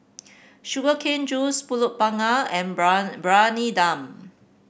Sugar Cane Juice pulut panggang and Briyani Dum